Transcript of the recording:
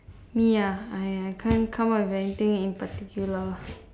me ah I I can't come up with anything in particular